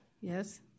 Yes